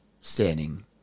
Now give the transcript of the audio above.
standing